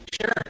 Sure